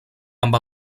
amb